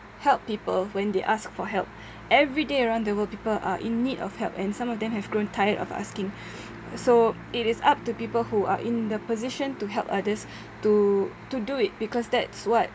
help people when they ask for help everyday around the world people are in need of help and some of them have grown tired of asking so it is up to people who are in the position to help others to to do it because that's what